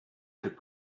could